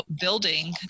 building